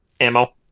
ammo